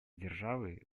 державы